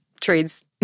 trades